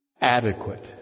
Adequate